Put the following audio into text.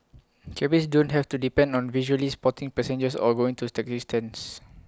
cabbies don't have to depend on visually spotting passengers or going to taxi stands